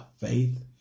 faith